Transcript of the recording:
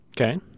Okay